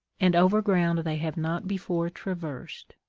and over ground they have not before traversed.